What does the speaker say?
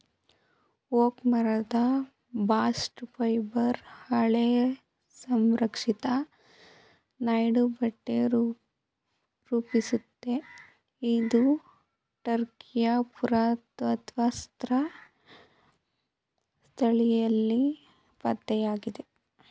oak ಮರದ bast fibre ಹಳೆ ಸಂರಕ್ಷಿತ ನೇಯ್ದಬಟ್ಟೆ ರೂಪಿಸುತ್ತೆ ಇದು ಟರ್ಕಿಯ ಪುರಾತತ್ತ್ವಶಾಸ್ತ್ರ ಸ್ಥಳದಲ್ಲಿ ಪತ್ತೆಯಾಗಿದೆ